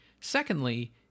Secondly